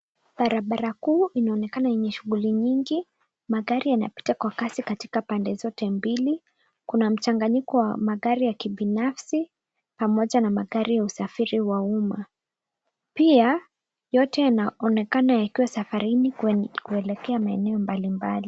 Barabara kuu inaonekana yenye shughuli nyingi, magari yanapita kwa kasi katika pande zote mbili. Kuna mchanganyiko wa magari ya kibinafsi pamoja na magari ya usafiri wa umma. Pia yote yanaonekana yakiwa safarini kuelekea maeneo mbalimbali.